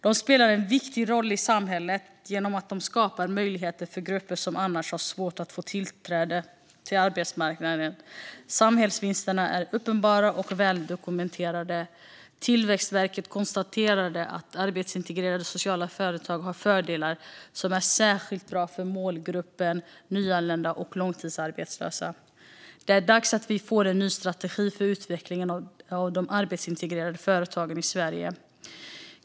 De spelar en viktig roll i samhället genom att de skapar möjligheter för grupper som annars har svårt att få tillträde till arbetsmarknaden. Samhällsvinsterna är uppenbara och väldokumenterade. Tillväxtverket har konstaterat att arbetsintegrerande sociala företag har fördelar som är särskilt bra för målgruppen nyanlända och långtidsarbetslösa. Det är dags att vi får en ny strategi för utveckling av de arbetsintegrerande företagen i Sverige.